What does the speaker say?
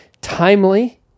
timely